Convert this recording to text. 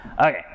Okay